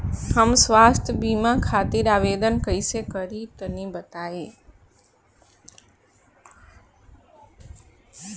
हम स्वास्थ्य बीमा खातिर आवेदन कइसे करि तनि बताई?